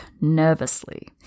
nervously